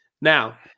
Now –